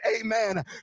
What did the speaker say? amen